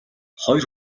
хоёр